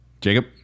Jacob